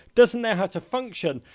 doesn't know how to function,